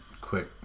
quick